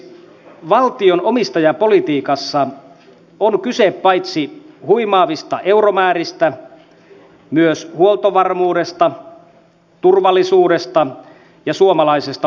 valtion omistajapolitiikassa on kyse paitsi huimaavista euromääristä myös huoltovarmuudesta turvallisuudesta ja suomalaisesta omistuksesta